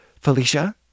Felicia